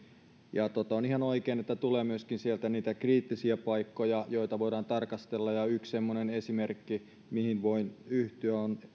ja on ihan oikein että tulee myöskin niitä kriittisiä paikkoja joita voidaan tarkastella ja yksi semmoinen esimerkki mihin voin yhtyä on